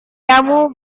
kamu